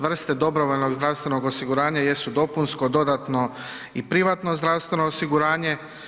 Vrste dobrovoljnog zdravstvenog osiguranja jesu dopunsko, dodatno i privatno zdravstveno osiguranje.